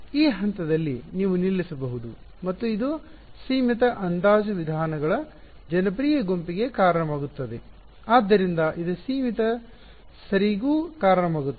ಈ ಹಂತದಲ್ಲಿ ನೀವು ನಿಲ್ಲಿಸಬಹುದು ಮತ್ತು ಇದು ಸೀಮಿತ ಅಂದಾಜು ವಿಧಾನಗಳ ಜನಪ್ರಿಯ ಗುಂಪಿಗೆ ಕಾರಣವಾಗುತ್ತದೆ ಆದ್ದರಿಂದ ಇದು ಸೀಮಿತ ಸರಿಗೂ ಕಾರಣವಾಗುತ್ತದೆ